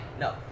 No